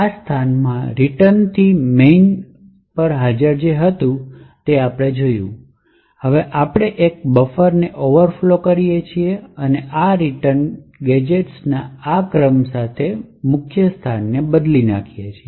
આ સ્થાનમાં રીટર્ન થી મેઇન પર હતું જે આપણે જોયું હતું અને હવે આપણે એક બફરને ઓવરફ્લો કરીએ છીએ અને આ રિટર્નને ગેજેટ્સ ના આ ક્રમ સાથે મુખ્ય સ્થાને બદલીએ છીએ